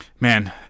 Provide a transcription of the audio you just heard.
man